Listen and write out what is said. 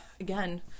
again